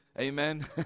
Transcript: Amen